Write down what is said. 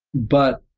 but